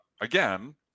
again